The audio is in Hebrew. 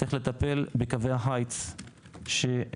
צריך לטפל בקווי החיץ שצמודים